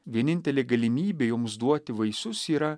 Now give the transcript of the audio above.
vienintelė galimybė joms duoti vaisius yra